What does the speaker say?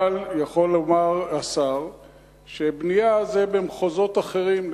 אבל יכול לומר השר שבנייה זה במחוזות אחרים,